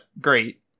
great